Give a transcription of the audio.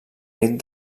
nit